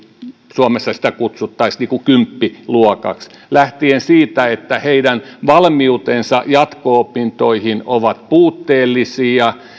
suomessa sitä kutsuttaisiin kymppiluokaksi jossa lähdetään siitä että heidän valmiutensa jatko opintoihin ovat puutteellisia